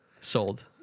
Sold